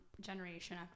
generation